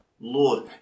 Lord